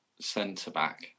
centre-back